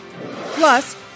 Plus